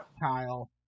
Kyle